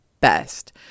best